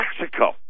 Mexico